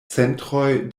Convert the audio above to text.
centroj